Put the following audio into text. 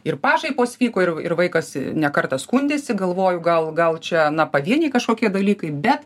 ir pašaipos vyko ir ir vaikas ne kartą skundėsi galvoju gal gal čia na pavieniai kažkokie dalykai bet